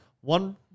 one